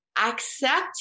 Accept